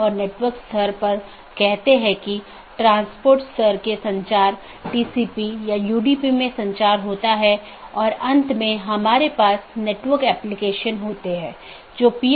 इस प्रकार हमारे पास आंतरिक पड़ोसी या IBGP है जो ऑटॉनमस सिस्टमों के भीतर BGP सपीकरों की एक जोड़ी है और दूसरा हमारे पास बाहरी पड़ोसीयों या EBGP कि एक जोड़ी है